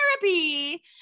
therapy